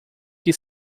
que